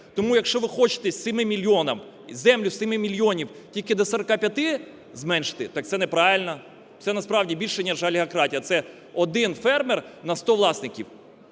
Тому, якщо ви хочете 7 мільйонам, землю 7 мільйонів тільки до 45 зменшити, так це неправильно. Це насправді більше ніж олігократія, це один фермер на 100 власників.